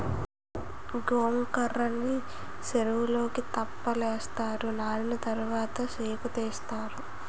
గొంకర్రలని సెరువులో తెప్పలేస్తారు నానిన తరవాత సేకుతీస్తారు